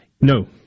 No